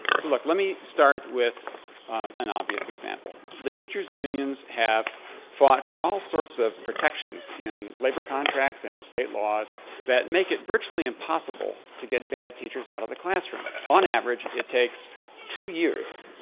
so look. let me start with an obvious example. the teachers unions have fought for all sorts of protections in labor contracts and in state laws that make it virtually impossible to get bad teachers out of the classroom. on average, it takes two years,